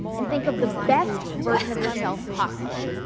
and think of the best version of yourself possible.